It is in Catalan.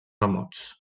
remots